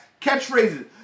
catchphrases